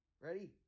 Ready